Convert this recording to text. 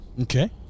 Okay